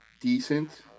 decent